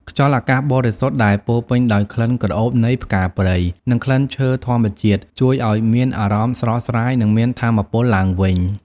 ខ្យល់អាកាសបរិសុទ្ធដែលពោរពេញដោយក្លិនក្រអូបនៃផ្កាព្រៃ និងក្លិនឈើធម្មជាតិ ជួយឲ្យមានអារម្មណ៍ស្រស់ស្រាយ និងមានថាមពលឡើងវិញ។